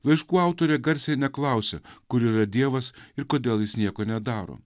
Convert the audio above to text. laiškų autorė garsiai neklausia kur yra dievas ir kodėl jis nieko nedaro